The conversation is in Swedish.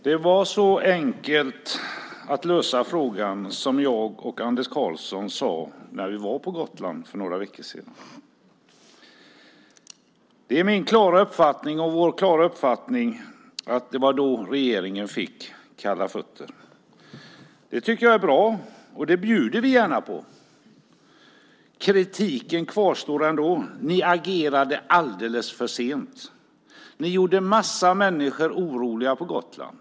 Herr talman! Det var så enkelt att lösa frågan som jag och Anders Karlsson sade när vi var på Gotland för några veckor sedan. Det är min och vår klara uppfattning att det var då regeringen fick kalla fötter. Det tycker jag är bra. Det bjuder vi gärna på. Kritiken kvarstår ändå. Ni agerade alldeles för sent. Ni gjorde en mängd människor oroliga på Gotland.